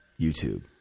YouTube